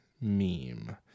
meme